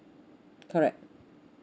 correct